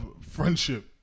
friendship